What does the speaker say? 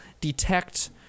detect